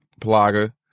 Plaga